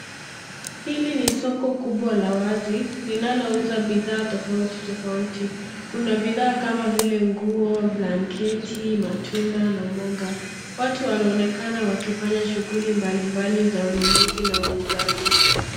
Hili ni soko kubwa la wazi linalouza bidhaa tofautitofauti, kuna bidhaa kama vile; nguo, blanketi, matunda na mboga. Watu wanaonekana wakifanya shughuli mbalimbali za ununuzi na uuzaji.